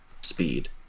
speed